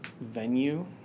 venue